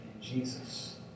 Jesus